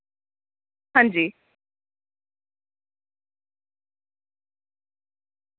हांजी